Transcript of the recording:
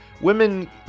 women